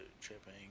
tripping